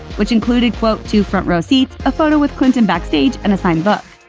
which included quote, two front-row seats, a photo with clinton backstage and a signed book.